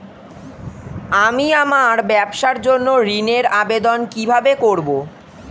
আমি আমার ব্যবসার জন্য ঋণ এর আবেদন কিভাবে করব?